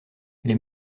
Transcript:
les